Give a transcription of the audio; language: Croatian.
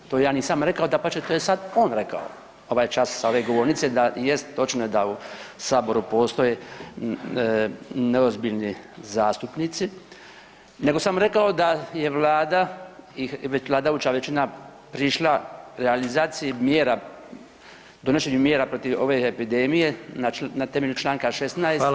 To ja nisam rekao, dapače, to je sada on rekao ovaj čas sa ove govornice da jest točno je da u Saboru postoje neozbiljni zastupnici nego sam rekao da je Vlada i vladajuća većina prišla realizaciji mjera donošenja mjera protiv ove epidemije na temelju čl. 16.